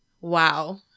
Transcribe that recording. Wow